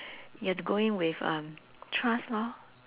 you have to go in with um trust lor